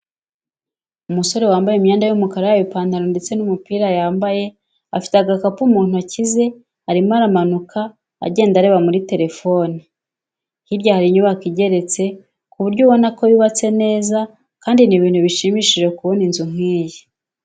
Umusore wambaye imyenda y'umukara yaba ipantaro ndetse n'umupira yambaye afite agakapu mu ntoke ze arimo aramanuka agenda areba muri telefone, hirya hari inyubako igeretse, ku buryo ubona ko yubatse neza kandi ni ibintu bishimishije kubona inzu nk'iyi.